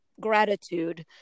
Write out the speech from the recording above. gratitude